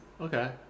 Okay